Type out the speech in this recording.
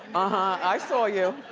ah i saw you.